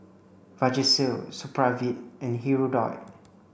Vagisil Supravit and Hirudoid